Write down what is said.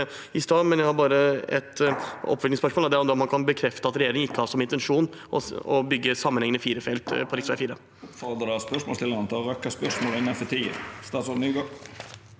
men jeg har et oppfølgingsspørsmål, og det er om han kan bekrefte at regjeringen ikke har som intensjon å bygge sammenhengende firefelts motorvei på